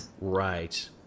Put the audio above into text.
Right